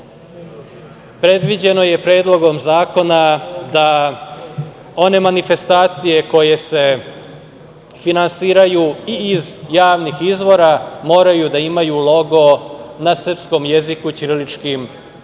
Predviđeno je Predlogom zakona da one manifestacije koje se finansiraju i iz javnih izvora moraju da imaju logo na srpskom jeziku ćiriličnim pismom.